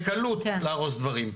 אפשר בקלות להרוס דברים.